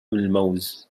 الموز